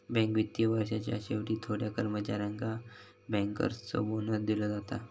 bank वित्तीय वर्षाच्या शेवटी थोड्या कर्मचाऱ्यांका बँकर्सचो बोनस दिलो जाता